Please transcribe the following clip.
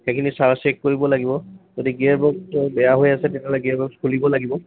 সেইখিনি charge check কৰিব লাগিব যদি গিয়েৰবক্সটো বেয়া হৈ আছে তেতিয়াহ'লে গিয়োৰবক্স খুলিব লাগিব